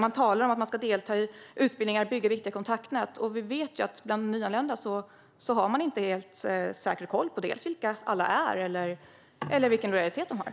Man talar om att de ska delta i utbildningar och bygga viktiga kontaktnät, och där vet vi ju att man inte har helt säker koll dels på vilka de nyanlända är, dels vilken lojalitet de har.